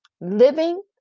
living